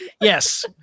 Yes